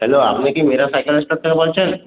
hello আপনি কি Mera cycle store থেকে বলছেন